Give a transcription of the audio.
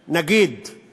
נגיד, בנימין